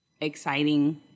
exciting